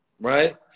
Right